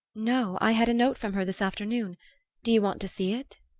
no i had a note from her this afternoon do you want to see it?